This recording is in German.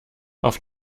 auf